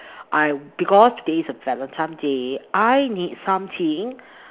I because today is a Valentine's day I need something